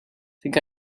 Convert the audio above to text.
think